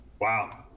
wow